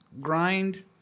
Grind